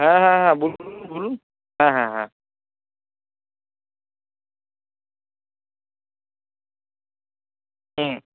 হ্যাঁ হ্যাঁ হ্যাঁ বলুন বলুন হ্যাঁ হ্যাঁ হ্যাঁ